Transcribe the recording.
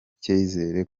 cyizere